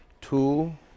two